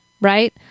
Right